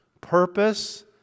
purpose